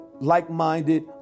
like-minded